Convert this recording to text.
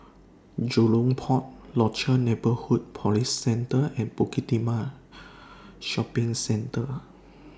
Jurong Port Rochor Neighborhood Police Centre and Bukit Timah Shopping Centre